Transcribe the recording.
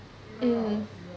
mm